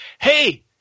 hey